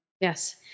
Yes